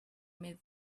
made